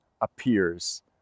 appears